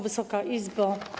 Wysoka Izbo!